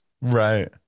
Right